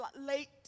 late